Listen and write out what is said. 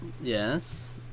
Yes